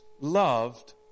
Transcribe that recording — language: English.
loved